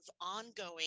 ongoing